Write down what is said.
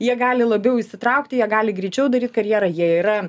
jie gali labiau įsitraukti jie gali greičiau daryt karjerą jie yra